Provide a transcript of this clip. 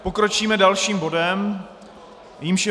Pokročíme dalším bodem, jímž je...